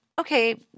okay